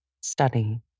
study